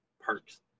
perks